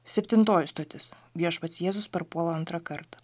septintoji stotis viešpats jėzus parpuola antrą kartą